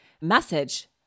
message